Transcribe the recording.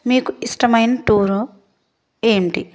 మీకు ఇష్టమైన టూరు ఏంటి